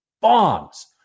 bombs